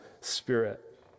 Spirit